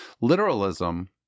Literalism